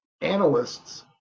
analysts